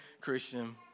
Christian